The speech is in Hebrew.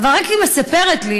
אבל היא מספרת לי